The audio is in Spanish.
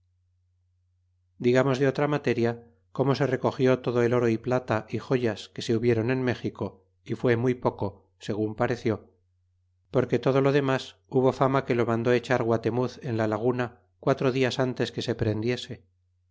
digamos de otra materia corno se recogió todo el oro y plata y joyas que se hubieron en méxico é fue muy poco segun pareció porque todo lo demas hubo fama que lo mandó echar guatemuz en la laguna quatro dias antes que se prendiese